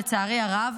לצערי הרב,